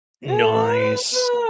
Nice